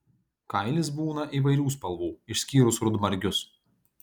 kailis būna įvairių spalvų išskyrus rudmargius